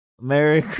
Merry